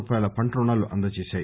రూపాయల పంట రుణాలను అందజేశాయి